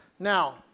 Now